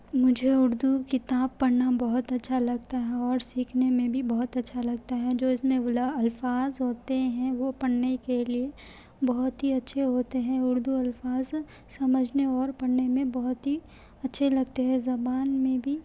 مجھے اردو کتاب پڑھنا بہت اچھا لگتا ہے اور سیکھنے میں بھی بہت اچھا لگتا ہے جو اس میں غلہ الفاظ ہوتے ہیں وہ پڑھنے کے لئے بہت ہی اچھے ہوتے ہیں اردو الفاظ سمجھنے اور پڑھنے میں بہت ہی اچھے لگتے ہیں زبان میں بھی